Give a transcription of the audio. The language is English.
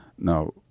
Now